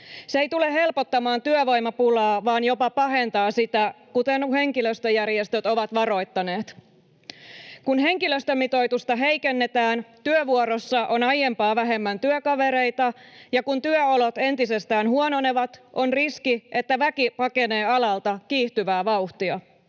Se ei tule helpottamaan työvoimapulaa vaan jopa pahentaa sitä, kuten jo henkilöstöjärjestöt ovat varoittaneet. Kun henkilöstömitoitusta heikennetään, työvuorossa on aiempaa vähemmän työkavereita, ja kun työolot entisestään huononevat, on riski, että väki pakenee alalta kiihtyvää vauhtia.